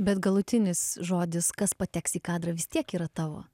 bet galutinis žodis kas pateks į kadrą vis tiek yra tavo